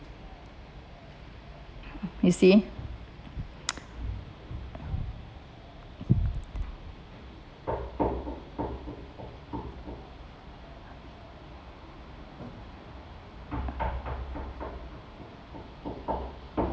you see